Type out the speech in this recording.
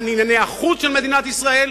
ענייני החוץ של מדינת ישראל?